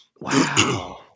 Wow